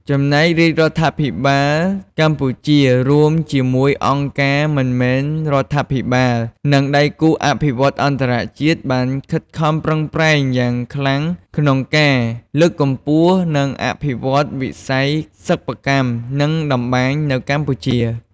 ចំណែករាជរដ្ឋាភិបាលកម្ពុជា រួមជាមួយអង្គការមិនមែនរដ្ឋាភិបាល និងដៃគូអភិវឌ្ឍន៍អន្តរជាតិ បានខិតខំប្រឹងប្រែងយ៉ាងខ្លាំងក្នុងការ លើកកម្ពស់ និងអភិវឌ្ឍន៍វិស័យសិប្បកម្ម និងតម្បាញនៅកម្ពុជា។